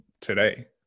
today